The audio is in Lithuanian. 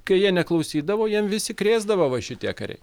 kai jie neklausydavo jiem vis įkrėsdavo va šitie kariai